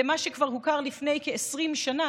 למה שכבר הוכר לפני כ-20 שנה,